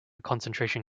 concentration